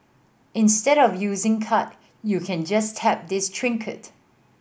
instead of using card you can just tap this trinket